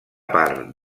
part